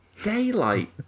Daylight